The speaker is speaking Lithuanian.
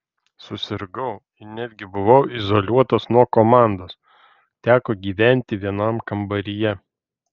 susirgau ir netgi buvau izoliuotas nuo komandos teko gyventi vienam kambaryje